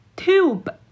tube